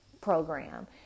program